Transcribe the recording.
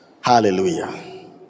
Hallelujah